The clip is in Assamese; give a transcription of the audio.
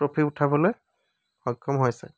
ট্ৰফী উঠাবলৈ সক্ষম হৈছে